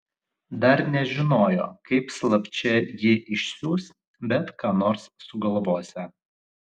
dar nežinojo kaip slapčia jį išsiųs bet ką nors sugalvosią